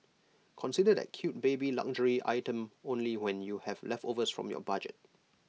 consider that cute baby luxury item only when you have leftovers from your budget